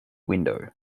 window